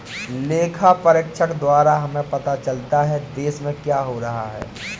लेखा परीक्षक द्वारा हमें पता चलता हैं, देश में क्या हो रहा हैं?